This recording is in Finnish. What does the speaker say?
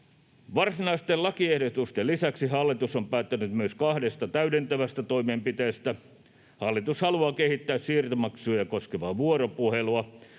Varsinaisten lakiehdotusten lisäksi hallitus on päättänyt kahdesta täydentävästä toimenpiteestä: Hallitus haluaa kehittää siirtomaksuja koskevaa vuoropuhelua.